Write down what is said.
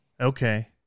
Okay